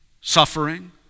suffering